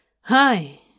Hi